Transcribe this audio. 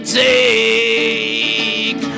take